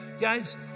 guys